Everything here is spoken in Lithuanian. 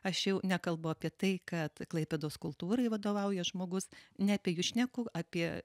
aš jau nekalbu apie tai kad klaipėdos kultūrai vadovauja žmogus ne apie jus šneku apie